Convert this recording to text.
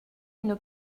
une